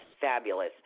fabulous